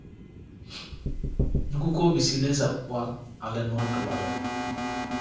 ᱱᱩᱠᱩ ᱠᱚ ᱵᱤᱥᱤ ᱞᱮ ᱥᱟᱵ ᱠᱚᱣᱟ ᱟᱞᱮ ᱱᱚᱣᱟ ᱴᱚᱞᱟᱨᱮ